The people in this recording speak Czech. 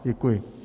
Děkuji.